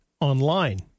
online